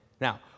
now